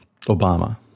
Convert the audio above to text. obama